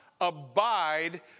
abide